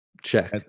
Check